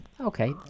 Okay